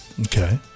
Okay